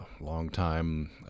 longtime